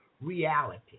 reality